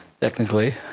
technically